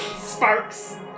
sparks